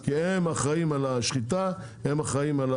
כי הם אחראים על השחיטה, הם אחראים על